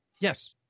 Yes